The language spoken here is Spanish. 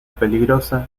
peligrosa